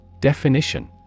Definition